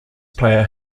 player